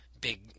big